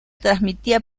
transmitía